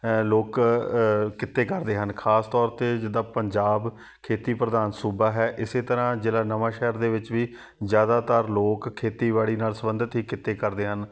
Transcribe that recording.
ਲੋਕ ਕਿੱਤੇ ਕਰਦੇ ਹਨ ਖਾਸ ਤੌਰ 'ਤੇ ਜਿੱਦਾਂ ਪੰਜਾਬ ਖੇਤੀ ਪ੍ਰਧਾਨ ਸੂਬਾ ਹੈ ਇਸੇ ਤਰ੍ਹਾਂ ਜ਼ਿਲ੍ਹਾ ਨਵਾਂ ਸ਼ਹਿਰ ਦੇ ਵਿੱਚ ਵੀ ਜ਼ਿਆਦਾਤਰ ਲੋਕ ਖੇਤੀਬਾੜੀ ਨਾਲ ਸੰਬੰਧਿਤ ਹੀ ਕਿੱਤੇ ਕਰਦੇ ਹਨ